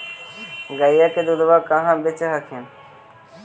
गईया के दूधबा कहा बेच हखिन?